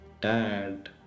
Dad